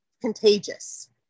contagious